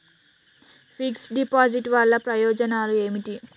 Fix డ్ deposit వల్ల ప్రయోజనాలు ఏమిటి?